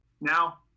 Now